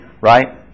right